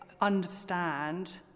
understand